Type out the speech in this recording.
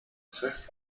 trifft